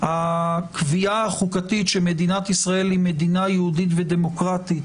הקביעה החוקתית שמדינת ישראל היא מדינה יהודית ודמוקרטית,